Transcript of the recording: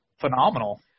phenomenal